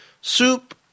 soup